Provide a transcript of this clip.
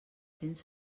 cents